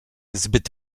zbyt